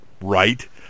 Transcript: right